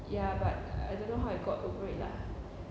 ya but I don't know how I got over it lah